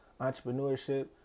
entrepreneurship